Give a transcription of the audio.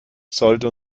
sollte